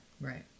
Right